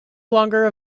longer